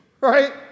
right